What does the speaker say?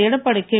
Edappadi K